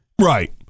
Right